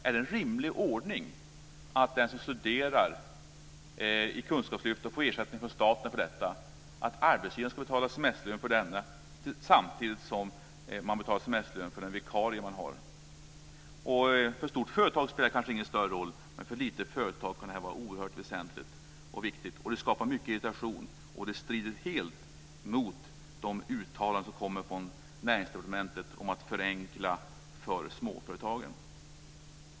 Är det en rimlig ordning att den som studerar i kunskapslyftet och får ersättning från staten för detta ska få semesterlön från arbetsgivaren, samtidigt som arbetsgivaren betalar semesterlön för vikarien? För ett stort företag spelar det kanske ingen större roll, men för ett litet företag kan det vara oerhört väsentligt och viktigt. Det skapar mycket irritation, och det strider helt mot de uttalanden som kommer från Näringsdepartementet om att förenkla för småföretagen.